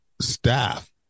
staff